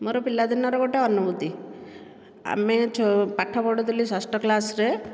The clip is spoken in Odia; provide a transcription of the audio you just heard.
ମୋର ପିଲାଦିନର ଗୋଟିଏ ଅନୁଭୂତି ଆମେ ପାଠ ପଢ଼ୁଥିଲୁ ଷଷ୍ଠ କ୍ଲାସରେ